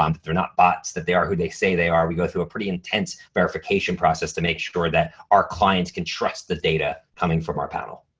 um not bots that they are who they say they are. we go through a pretty intense verification process to make sure that our clients can trust the data coming from our panel.